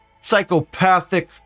psychopathic